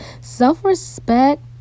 self-respect